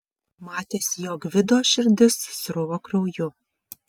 matėsi jog gvido širdis sruvo krauju